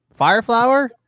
Fireflower